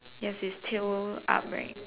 yes it's tail up right